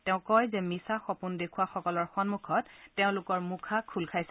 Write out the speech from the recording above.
তেওঁ কয় যে মিছা সপোন দেখুওৱাসকলৰ সন্মুখত তেওঁলোকৰ মুখা খোল খাইছে